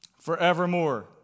forevermore